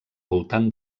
voltant